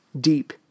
deep